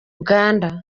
uganda